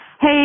Hey